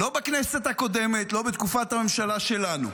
לא בכנסת הקודמת, לא בתקופת הממשלה שלנו,